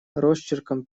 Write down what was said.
росчерком